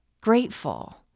grateful